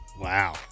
Wow